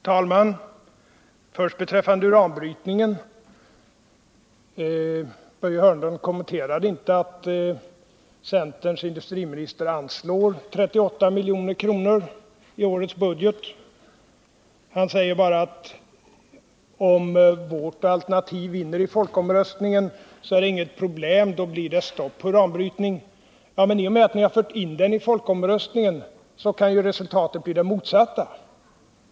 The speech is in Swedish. Herr talman! För det första vill jag slå fast att beträffande uranbrytningen kommenterade inte Börje Hörnlund det förhållandet att centerns industriminister anslår 38 milj.kr. i årets budget. Han säger bara att om linje 3:s alternativ vinner i folkomröstningen är det inget problem, då blir det stopp på uranbrytningen. Men i och med att ni har fört in frågan i folkomröstningen kan ju resultatet bli det motsatta.